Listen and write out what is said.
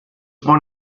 born